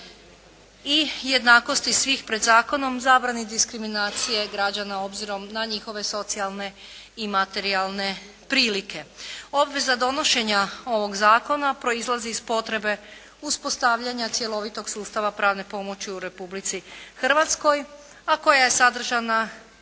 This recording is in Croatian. i jednakosti svih pred zakonom. Zabrani diskriminacije građana obzirom na njihove socijalne i materijalne prilike. Obveza donošenja ovog zakona proizlazi iz potrebe uspostavljanja cjelovitog sustava pravne pomoći u Republici Hrvatskoj, a koja je sadržana